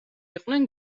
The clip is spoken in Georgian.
იყვნენ